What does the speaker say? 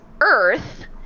earth